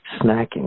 snacking